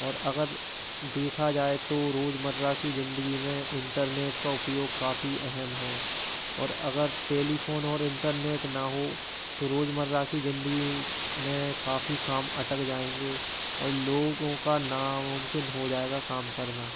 और अगर देखा जाए तो रोजमर्रा की जिंदगी मे इंटरनेट का उपयोग काफ़ी अहम है और अगर टेलीफ़ोन और इंटरनेट न हो तो रोजमर्रा की जिंदगी में काफ़ी काम अटक जाएँगे और लोगों का नामुमकिन हो जाएगा काम करना